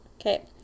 Okay